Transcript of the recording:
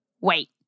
wait